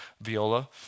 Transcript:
viola